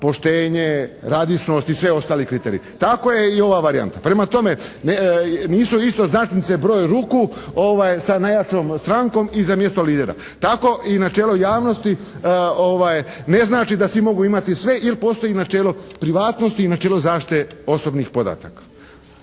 poštenje, radišnost i svi ostali kriteriji. Tako je i ova varijanta. Prema tome, nisu isto značnice broj ruku sa najjačom strankom i za mjesto lidera. Tako i načelo javnosti ne znači da svi mogu imati sve il' postoji načelo privatnosti i načelo zaštite osobnih podataka.